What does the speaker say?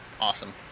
Awesome